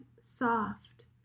soft